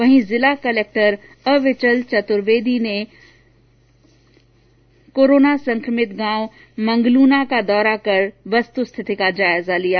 वहीं सीकर जिला कलेक्टर अविचल चतुर्वेदी ने कोरोना संक्रमित गांव मंगलूना का दौरा कर वस्तुस्थिति का जायजा लिया